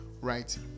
right